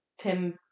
Tim